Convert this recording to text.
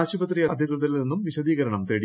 ആശുപത്രി അധികൃതരിൽ നിന്ന് വിശദീകരണം തേടി